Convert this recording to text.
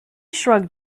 shrugged